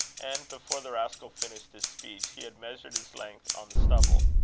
and before the rascal finished his speech, he had measured his length on the stubble.